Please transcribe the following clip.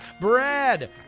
Brad